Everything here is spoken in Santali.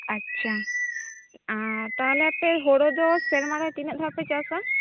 ᱟᱪᱪᱷᱟ ᱟᱨ ᱛᱟᱦᱚᱞᱮ ᱟᱯᱮ ᱦᱩᱲᱩ ᱫᱚ ᱥᱮᱨᱢᱟ ᱨᱮ ᱛᱤᱱᱟᱹᱜ ᱫᱷᱟᱣ ᱯᱮ ᱪᱟᱥᱟ